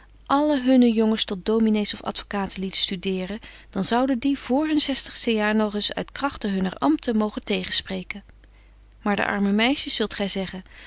alle hunne jongens tot dominees of advocaten lieten studeren dan zouden die voor hun zestigste jaar nog eens uit kragte hunner amten mogen tegenspreken maar de arme meisjes zult gy zeggen